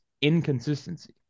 inconsistency